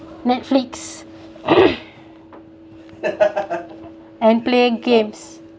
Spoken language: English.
netflix and play games